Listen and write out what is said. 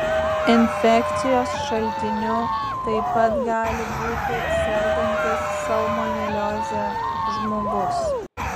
infekcijos šaltiniu taip pat gali būti sergantis salmonelioze žmogus